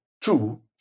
Two